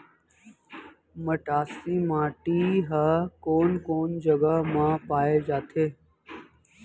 मटासी माटी हा कोन कोन जगह मा पाये जाथे?